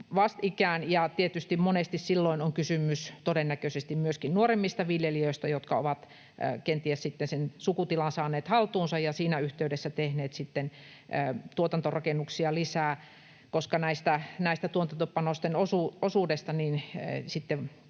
tietysti monesti silloin on kysymys todennäköisesti nuoremmista viljelijöistä, jotka ovat kenties sukutilan saaneet haltuunsa ja siinä yhteydessä tehneet sitten tuotantorakennuksia lisää, koska näiden tuotantopanosten osuudesta